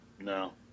No